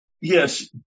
Yes